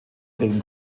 gegen